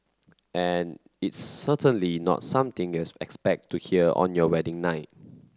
and it's certainly not something you'd expect to hear on your wedding night